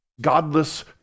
godless